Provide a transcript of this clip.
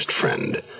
friend